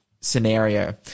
scenario